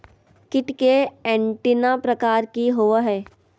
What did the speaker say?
कीट के एंटीना प्रकार कि होवय हैय?